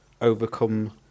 overcome